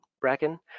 Bracken